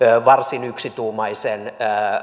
varsin yksituumaisen